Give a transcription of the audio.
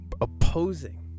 opposing